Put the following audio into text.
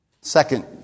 Second